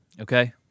Okay